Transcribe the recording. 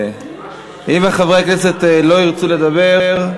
אם חברי הכנסת לא ירצו לדבר,